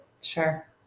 Sure